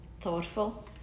thoughtful